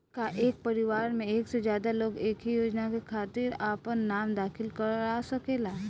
का एक परिवार में एक से ज्यादा लोग एक ही योजना के खातिर आपन नाम दाखिल करा सकेला?